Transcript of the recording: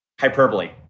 Hyperbole